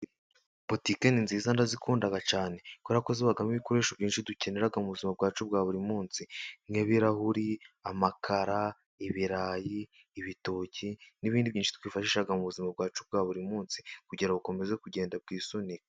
Butike ni nziza ndazikunda cyane kubera ko zibamo ibikoresho byinshi dukenera mu buzima bwacu bwa buri munsi nk'ibirahuri, amakara, ibirayi, ibitoki n'ibindi byinshi twifashisha mu buzima bwacu bwa buri munsi kugira ngo bukomeze kugenda bwisunika.